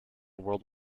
world